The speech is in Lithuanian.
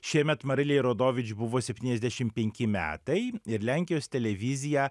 šiemet marilei rodovič buvo septyniasdešim penki metai ir lenkijos televizija